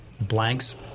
blanks